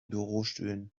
bürostühlen